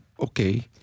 okay